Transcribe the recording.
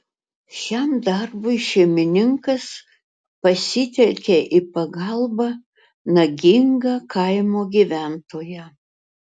šiam darbui šeimininkas pasitelkė į pagalbą nagingą kaimo gyventoją